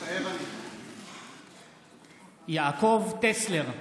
מתחייב אני יעקב טסלר,